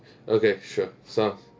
okay sure solve